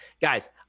Guys